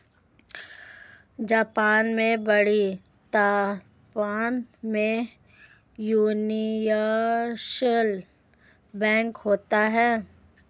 Japan में बड़ी तादाद में यूनिवर्सल बैंक होते हैं